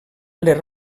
les